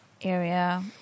area